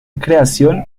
creación